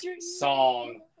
song